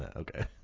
Okay